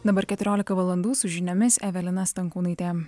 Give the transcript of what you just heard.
dabar keturiolika valandų su žiniomis evelina stankūnaitė